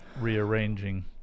rearranging